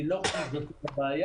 אני לא חושב שזו הבעיה.